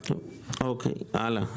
הלאה.